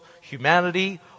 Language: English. humanity